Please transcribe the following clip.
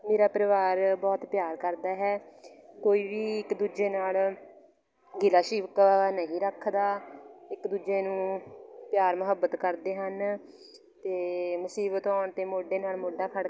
ਮੇਰਾ ਪਰਿਵਾਰ ਬਹੁਤ ਪਿਆਰ ਕਰਦਾ ਹੈ ਕੋਈ ਵੀ ਇੱਕ ਦੂਜੇ ਨਾਲ ਗਿਲਾ ਸ਼ਿਕਵਾ ਨਹੀਂ ਰੱਖਦਾ ਇੱਕ ਦੂਜੇ ਨੂੰ ਪਿਆਰ ਮੁਹੱਬਤ ਕਰਦੇ ਹਨ ਅਤੇ ਮੁਸੀਬਤ ਹੋਣ 'ਤੇ ਮੋਢੇ ਨਾਲ ਮੋਢਾ ਖੜ੍ਹ